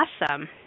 Awesome